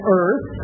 earth